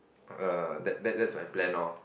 err that that's my plan lor